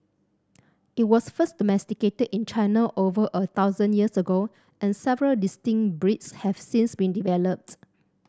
it was first domesticated in China over a thousand years ago and several distinct breeds have since been developed